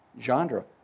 genre